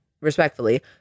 respectfully